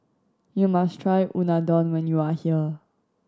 you must try Unadon when you are here